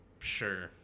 Sure